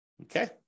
Okay